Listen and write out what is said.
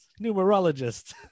numerologist